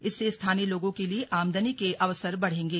इससे स्थानीय लोगों के लिए आमदनी के अवसर बढेंगे